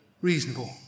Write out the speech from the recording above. reasonable